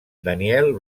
daniel